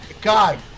God